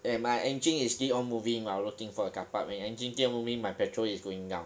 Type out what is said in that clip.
and my engine is still on moving while looking for a carpark when your engine still moving my petrol is going down